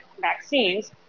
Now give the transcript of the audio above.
vaccines